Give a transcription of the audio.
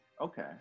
Okay